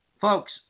Folks